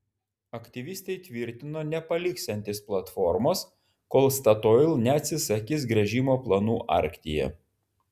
aktyvistai tvirtino nepaliksiantys platformos kol statoil neatsisakys gręžimo planų arktyje